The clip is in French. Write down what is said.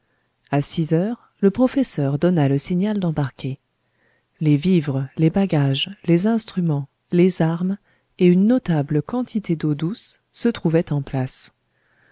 a six heures le professeur donna le signal d'embarquer les vivres les bagages les instruments les armes et une notable quantité d'eau douce se trouvaient en place